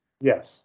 Yes